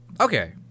Okay